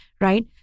right